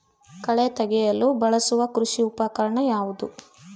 ಕಳೆ ತೆಗೆಯಲು ಬಳಸುವ ಕೃಷಿ ಉಪಕರಣ ಯಾವುದು?